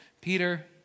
Peter